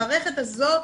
המערכת הזאת,